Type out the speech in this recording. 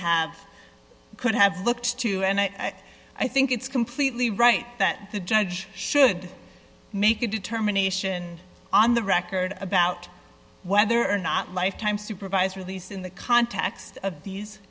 have could have looked to and i i think it's completely right that the judge should make a determination on the record about whether or not lifetime supervised release in the context of these